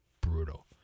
brutal